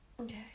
Okay